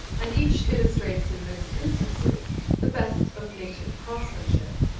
and each illustrates in most instances the best of native craftsmanship.